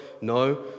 No